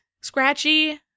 scratchy